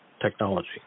technology